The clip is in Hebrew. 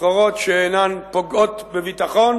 סחורות שאינן פוגעות בביטחון